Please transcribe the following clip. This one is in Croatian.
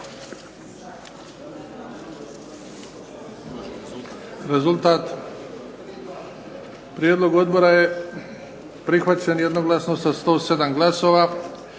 Rezultat? Ovaj prijedlog odluke je prihvaćen jednoglasno sa 91 glasova.